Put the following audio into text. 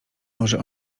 może